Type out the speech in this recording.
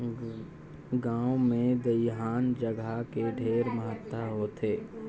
गांव मे दइहान जघा के ढेरे महत्ता होथे